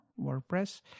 WordPress